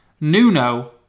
Nuno